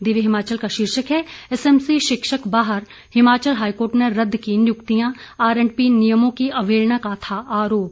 दिव्य हिमाचल का शीर्षक है एसएमसी शिक्षक बाहर हिमाचल हाईकोर्ट ने रद्द की नियुक्तियां आर एंड पी नियमों की अवहेलना का था आरोप